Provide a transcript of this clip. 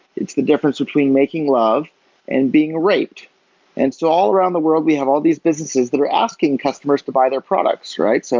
it's the difference between making love and being raped and so all around the world, we have all these businesses that are asking customers to buy their products, right? so